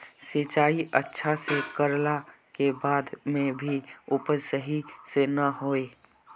सिंचाई अच्छा से कर ला के बाद में भी उपज सही से ना होय?